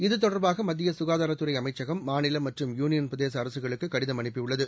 இத்தொடர்பாக மத்திய சுகாதாரத்துறை அமைச்சகம் மாநில மற்றும் யூனியன் பிரதேச அரசுகளுக்கு கடிதம் அனுப்பியுள்ளது